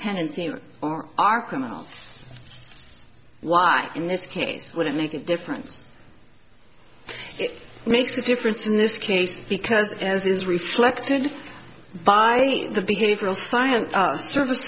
tendencies are criminals why in this case would it make a difference it makes a difference in this case because as is reflected by the behavioral science service